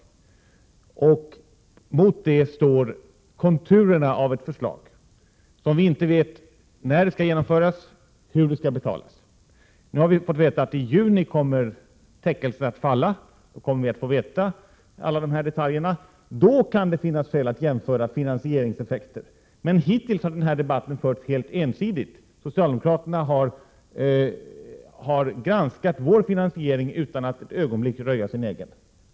Mot det står konturerna av ett förslag, om vilket vi inte vet när det skall genomföras och hur det skall betalas. Nu har vi fått veta att i juni kommer täckelset att falla, då kommer vi att få veta alla detaljerna. Då kan det finnas skäl att jämföra finansieringseffekter. Men hittills har den här debatten förts helt ensidigt. Socialdemokraterna har granskat vår finansiering utan att ett ögonblick röja sin egen.